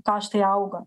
kaštai auga